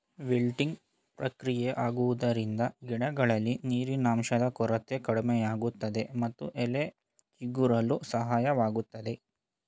wilting ಪ್ರಕ್ರಿಯೆ ಆಗುವುದರಿಂದ ಗಿಡಗಳಲ್ಲಿ ನೀರಿನಂಶದ ಕೊರತೆ ಕಡಿಮೆಯಾಗುತ್ತದೆ ಮತ್ತು ಎಲೆ ಚಿಗುರಲು ಸಹಾಯವಾಗುತ್ತದೆ